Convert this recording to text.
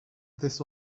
this